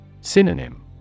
Synonym